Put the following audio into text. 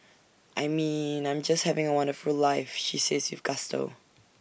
I mean I'm just having A wonderful life she says with gusto